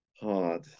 hard